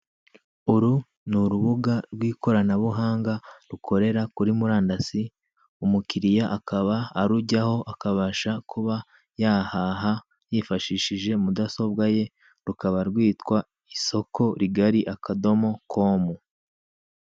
Uru ni urubuga rw'ikoranabuhanga rukorera kuri umrandasi, umukiriya akaba arujyaho akabashs kubs yahaha yifashishije mudasobwa rukaba rwitwa isoko rigari, akadomo komo.